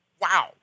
Wow